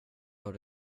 hör